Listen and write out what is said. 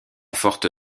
forte